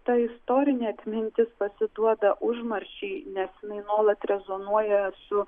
ta istorinė atmintis pasiduoda užmarščiai nes jinai nuolat rezonuoja su